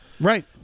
Right